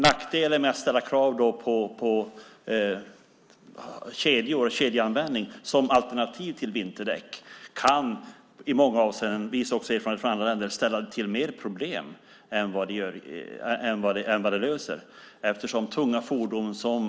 Nackdelen med att ställa krav på kedjeanvändning som alternativ till vinterdäck kan i många avseenden ställa till mer problem än det löser, vilket erfarenheter från andra länder visar.